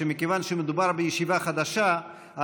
שמכיוון שמדובר בישיבה חדשה,